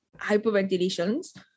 Hyperventilations